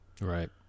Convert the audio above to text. right